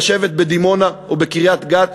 לשבת בדימונה או בקריית-גת,